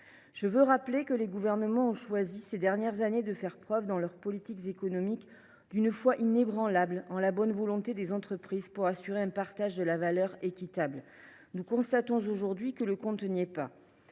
ces dernières années, les gouvernements ont choisi de faire preuve dans leurs politiques économiques d’une foi inébranlable en la bonne volonté des entreprises pour assurer un partage de la valeur équitable. Nous constatons que le compte n’y est pas